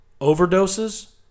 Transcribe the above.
overdoses